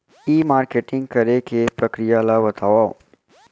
ई marketing करे के प्रक्रिया ला बतावव?